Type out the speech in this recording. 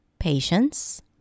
patience